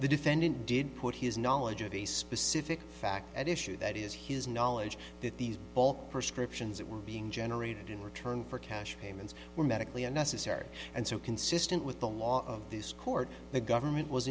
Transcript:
the defendant did put his knowledge of the specific facts at issue that is his knowledge that these all prescriptions that were being generated in return for cash payments were medically unnecessary and so consistent with the law of this court the government was